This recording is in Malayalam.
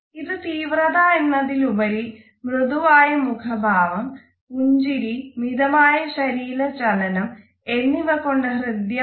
ഇത് തീവ്രം എന്നതിലുപരി മൃദുവായ മുഖ ഭാവം പുഞ്ചിരി മിതമായ ശരീര ചലനം എന്നിവ കൊണ്ട് ഹൃദ്യമാണ്